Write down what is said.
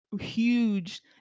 huge